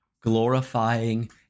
glorifying